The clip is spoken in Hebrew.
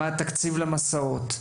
מה התקציב למסעות,